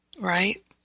right